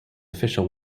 official